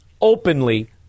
openly